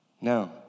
No